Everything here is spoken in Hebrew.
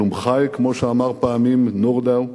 כלום חי, כמו שאמר פעם נורדאו,